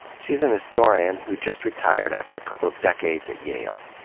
she's an historian who just retired after a couple of decades at yale.